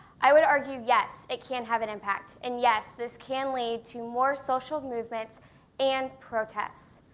i would argue, yes, it can have an impact and, yes, this can lead to more social movement and protests.